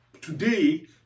today